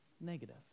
negative